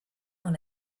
dans